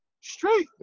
Straight